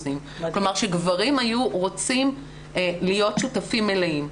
כלומר שגברים היו רוצים להיות שותפים מלאים.